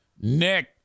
Nick